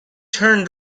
turn